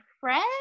friend